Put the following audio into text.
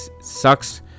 sucks